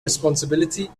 responsibility